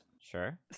Sure